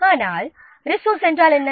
ஆனால் ரிசோர்ஸ் என்றால் என்ன